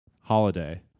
Holiday